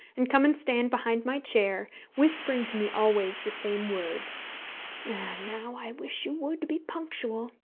and come and stand behind my chair, whispering to me always the same words now i wish you would be punctual.